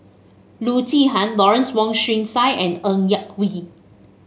Loo Zihan Lawrence Wong Shyun Tsai and Ng Yak Whee